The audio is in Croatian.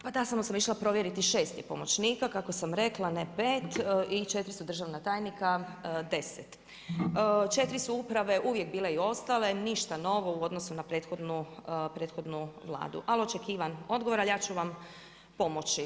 Pa da samo sam išla provjeriti, 6 je pomoćnika kako sam rekla, ne 5, i 4 su državna tajnika, 10. 4 su uprave uvijek bile i ostale, ništa novo u odnosu na prethodni Vladu, ali očekivan odgovor, ali ja ću vam pomoći.